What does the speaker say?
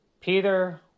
Peter